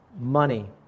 money